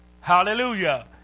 Hallelujah